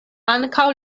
ankaŭ